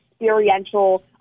experiential